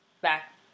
back